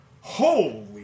Holy